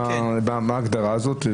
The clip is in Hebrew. מה זה ההגדרה הזאת.